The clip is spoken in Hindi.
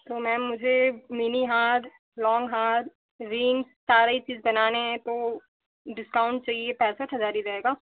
तो मैम मुझे मिनी हार लॉन्ग हार रींग सारे ही चीज़ बनाने हैं तो डिस्काउंट चाहिए पैंसठ हज़ार ही रहेगा